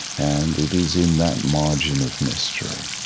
and it is in that margin of mystery